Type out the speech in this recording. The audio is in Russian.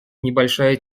небольшая